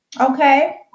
Okay